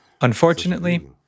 Unfortunately